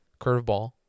curveball